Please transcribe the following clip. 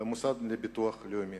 במוסד לביטוח הלאומי.